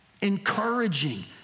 encouraging